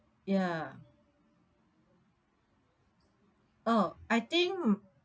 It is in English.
ya oh I think